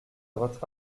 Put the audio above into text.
votre